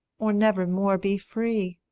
or never more be free.